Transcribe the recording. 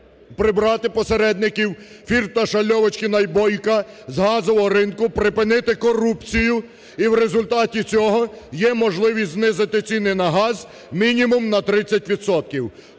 прибрати посередників Фірташа, Льовочкіна і Бойка з газового ринку, припинити корупцію і в результаті цього є можливість знизити ціни на газ, мінімум, на 30